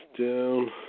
down